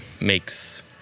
makes